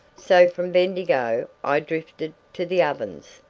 so from bendigo i drifted to the ovens,